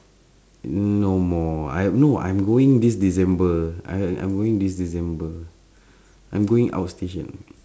no more I'm no I'm going this december I I I'm going this december I'm going outstation